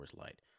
Light